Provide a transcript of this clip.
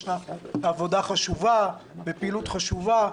ישנה עבודה חשובה ופעילות חשובה,